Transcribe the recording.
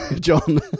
John